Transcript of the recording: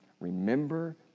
Remember